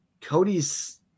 Cody's –